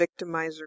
victimizer